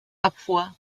abfuhr